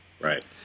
right